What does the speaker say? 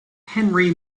henry